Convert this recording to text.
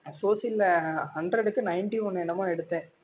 நான் சோசியலில் ஹண்ட்ரடுக்கு நைன்ட்டி ஒன் என்னமோ எடுத்தேன்